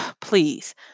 please